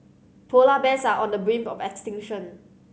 polar bears are on the brink of extinction